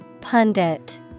Pundit